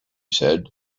said